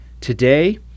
Today